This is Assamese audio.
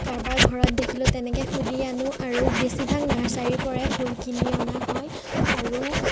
কাৰোবাৰ ঘৰত দেখিলোঁ তেনেকৈ সুধি আনোঁ আৰু বেছিভাগ নাৰ্ছাৰিৰ পৰাই ফুল কিনি অনা হয় আৰু